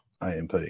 AMP